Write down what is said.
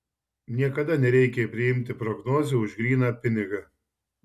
niekada nereikia priimti prognozių už gryną pinigą